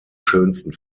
schönsten